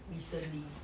recently